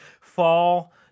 fall